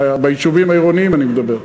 ביישובים העירוניים אני מדבר.